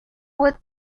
with